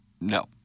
No